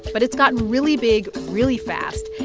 but it's gotten really big really fast.